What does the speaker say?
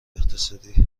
اقتصادی